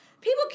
People